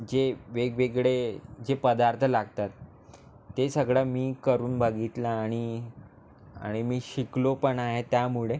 जे वेगवेगळे जे पदार्थ लागतात ते सगळं मी करून बघितला आणि आणि मी शिकलो पण आहे त्यामुळे